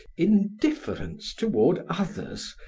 indifference toward others,